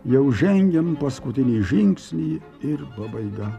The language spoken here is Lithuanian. jau žengiam paskutinį žingsnį ir pabaiga